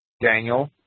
Daniel